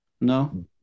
No